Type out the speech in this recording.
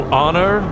honor